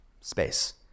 space